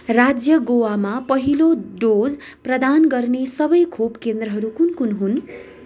राज्य गोवामा पहिलो डोज प्रदान गर्ने सबै खोप केन्द्रहरू कुन कुन हुन्